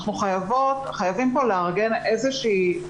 חייבים לארגן איזושהי,